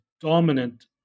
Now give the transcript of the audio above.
dominant